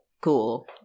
cool